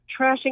trashing